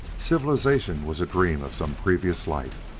civilization was a dream of some previous life.